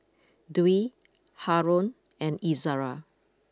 Dwi Haron and Izzara